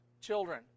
children